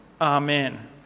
Amen